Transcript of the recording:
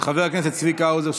חבר הכנסת צביקה האוזר,